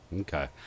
Okay